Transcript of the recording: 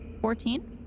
Fourteen